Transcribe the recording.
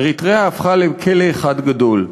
אריתריאה הפכה לכלא אחד גדול.